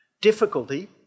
difficulty